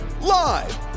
live